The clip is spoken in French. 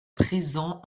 présent